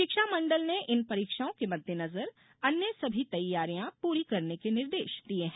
शिक्षा मंडल ने इन परीक्षओं के मद्देनजर अन्य सभी तैयारियां पूरी करने के निर्देश दिये हैं